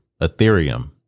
Ethereum